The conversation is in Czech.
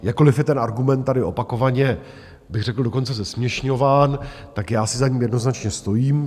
Jakkoliv je ten argument tady opakovaně bych řekl dokonce zesměšňován, tak já si za ním jednoznačně stojím.